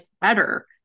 better